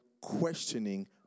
questioning